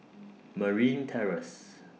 Marine Terrace